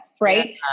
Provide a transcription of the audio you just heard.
right